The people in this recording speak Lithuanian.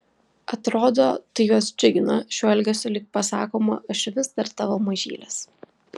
atrodo tai juos džiugina šiuo elgesiu lyg pasakoma aš vis dar tavo mažylis